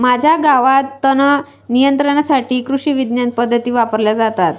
माझ्या गावात तणनियंत्रणासाठी कृषिविज्ञान पद्धती वापरल्या जातात